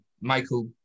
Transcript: Michael